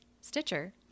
Stitcher